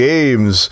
Games